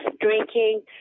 drinking